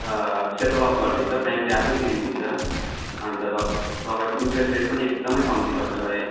settle off गरिदिन्छ ब्याङ्कले आफै तिरिदिन्छ अन्त तप तपाईँको इन्ट्रेस्ट रेट पनि एकदमै कम्ती तपाईँलाई